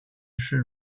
方式